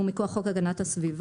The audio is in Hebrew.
שמונו מכוח חוק הגנת הסביבה,